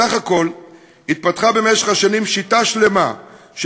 בסך הכול התפתחה במשך השנים שיטה שלמה של